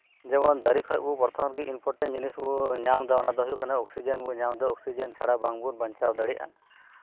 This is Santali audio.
ᱡᱮᱢᱚᱱ ᱫᱟᱨᱮᱹ ᱠᱷᱚᱱᱜᱮ ᱯᱨᱚᱛᱷᱚᱢ ᱨᱮ ᱤᱢᱯᱳᱨᱴᱮᱱᱴ ᱡᱤᱱᱤᱥ ᱵᱚᱱ ᱧᱟᱢ ᱮᱫᱟ ᱚᱱᱟ ᱫᱚ ᱦᱳᱭᱳᱜ ᱠᱟᱱᱟ ᱚᱠᱥᱤᱡᱮᱱ ᱵᱚᱱ ᱧᱟᱢ ᱮᱫᱟ ᱚᱠᱥᱤᱡᱮᱱ ᱪᱷᱟᱲᱟ ᱵᱟᱝ ᱵᱚᱱ ᱵᱟᱧᱪᱟᱣ ᱫᱟᱲᱮᱭᱟᱜᱼᱟ